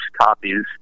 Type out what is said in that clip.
copies